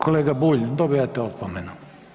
Kolega Bulj, dobivate opomenu.